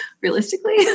realistically